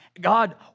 God